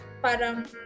parang